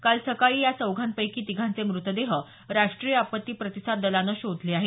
काल सकाळी या चौघांपैकी तिघांचे मूतदेह राष्ट्रीय आपत्ती प्रतिसाद दलानं शोधले आहेत